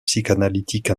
psychanalytique